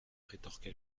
rétorqua